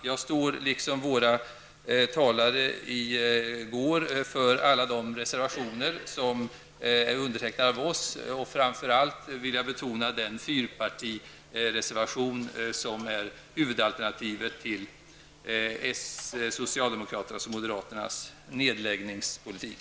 Jag står liksom våra talare i går bakom alla de reservationer som är undertecknade av oss. Framför allt vill jag betona den fyrpartireservation som är huvudalternativ till socialdemokraternas och moderaternas nedläggningspolitik.